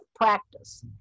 practice